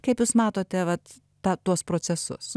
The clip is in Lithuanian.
kaip jūs matote vat tą tuos procesus